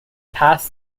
pass